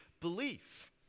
belief